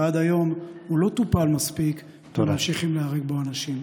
ועד היום הוא לא טופל מספיק וממשיכים להיהרג בו אנשים.